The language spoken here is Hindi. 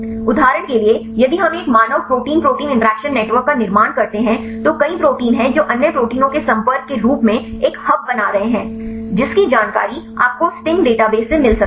उदाहरण के लिए यदि हम एक मानव प्रोटीन प्रोटीन इंटरैक्शन नेटवर्क का निर्माण करते हैं तो कई प्रोटीन हैं जो अन्य प्रोटीनों के संपर्क के रूप में एक हब बना रहे हैं जिसकी जानकारी आपको स्टिंग डेटाबेस sting database से मिल सकती है